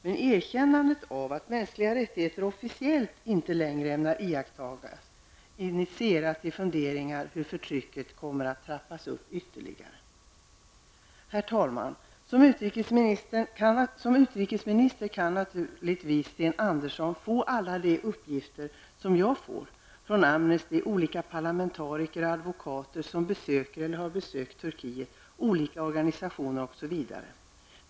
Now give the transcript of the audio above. Men erkännandet av att mänskliga rättigheter officiellt inte längre skall iakttas, initierar funderingar på hur förtrycket kommer att trappas upp. Herr talman! Som utrikesminister kan naturligtvis Sten Andersson få alla de uppgifter som jag får, från Amnesty, olika parlamentariker och advokater som besöker eller har besökt Turkiet, olika organisationer osv.